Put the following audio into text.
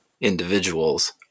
individuals